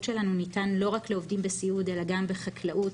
שלנו ניתן לא רק לעובדים בסיעוד אלא גם בחקלאות